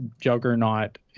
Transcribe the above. juggernaut